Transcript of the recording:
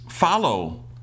Follow